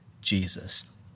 Jesus